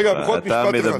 רגע, לפחות משפט אחד.